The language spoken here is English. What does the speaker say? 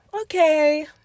okay